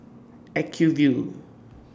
Acuvue